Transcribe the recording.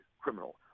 criminal –